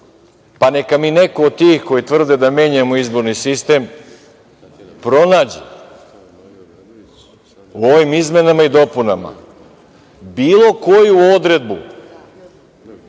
Pa, neka mi neko od tih koji tvrde da menjamo izborni sistem pronađe u ovim izmenama i dopunama bilo koju odredbu